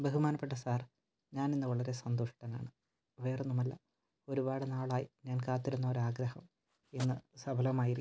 ബഹുമാനപ്പെട്ട സാർ ഞാനിന്ന് വളരെ സന്തുഷ്ടനാണ് വേറൊന്നുമല്ല ഒരുപാട് നാളായി ഞാൻ കാത്തിരുന്ന ഒരാഗ്രഹം ഇന്ന് സഫലമായിരിക്കുന്നു